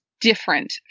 different